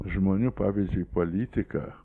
žmonių pavyzdžiui politika